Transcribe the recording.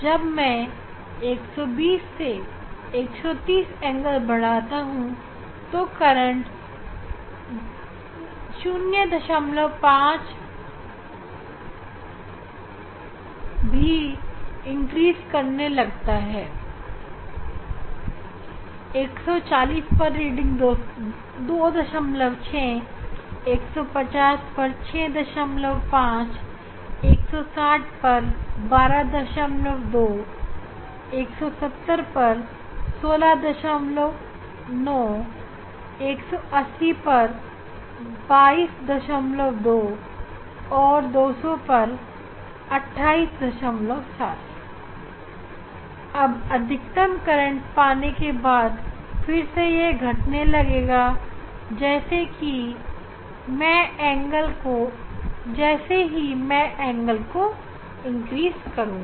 जब मैं 120 से 130 कोण बढ़ाता हूं तो करंट 05 भी इनक्रीस करने लगता है 140 पर रीडिंग है 26 150 पर 65 160 पर 122 170 पर169 180 पर 222 और 200 पर 287 अब अधिकतम करंट पाने के बाद फिर से यह घटने लगेगा जैसे ही मैं कोण को इनक्रीस करुंगा